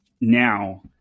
Now